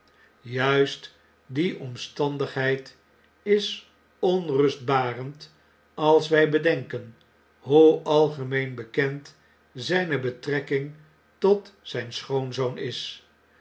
juist die omstandigheid is onrustbarend als wg bedenken hoe algemeen bekend zgne betrekking tot zgn schoonzoon is